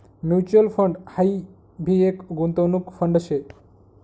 mutual fund हाई भी एक गुंतवणूक फंड शे